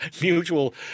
mutual